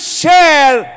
share